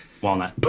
Walnut